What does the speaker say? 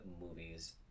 movie's